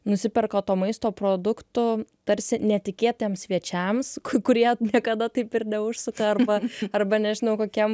nusiperka to maisto produktų tarsi netikėtiems svečiams kurie niekada taip ir neužsuka arba arba nežinau kokiem